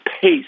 pace